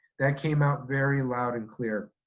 that came out very loud and clear.